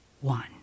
one